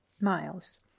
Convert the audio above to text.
miles